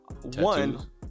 one